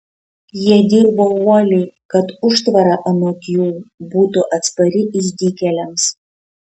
jie dirbo uoliai kad užtvara anot jų būtų atspari išdykėliams